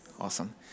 Awesome